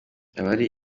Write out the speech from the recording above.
abari